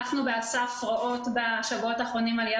אנחנו בא.ס.ף רואות בשבועות האחרונים עלייה